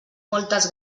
moltes